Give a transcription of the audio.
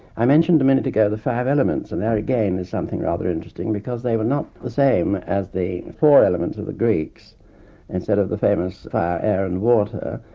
i mentioned a minute ago the five elements, and there again is something rather interesting because they were not the same as the four elements of the greeks instead of the famous air and water,